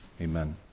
Amen